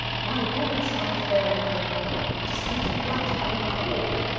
my woman's heart farewell just made her blood run cold.